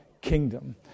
kingdom